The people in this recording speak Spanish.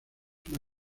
una